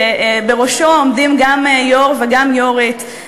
שבראשו עומדים גם יו"ר וגם יו"רית.